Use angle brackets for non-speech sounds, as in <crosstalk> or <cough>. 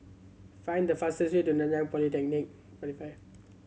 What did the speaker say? find the fastest way to Nanyang Polytechnic <unintelligible>